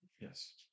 Yes